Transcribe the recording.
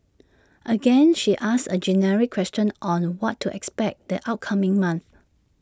again she asks A generic question on what to expect the upcoming month